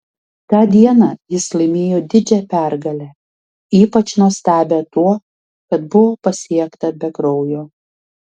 tą dieną jis laimėjo didžią pergalę ypač nuostabią tuo kad buvo pasiekta be kraujo